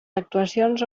actuacions